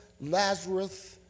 Lazarus